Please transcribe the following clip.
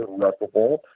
irreparable